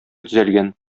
төзәлгән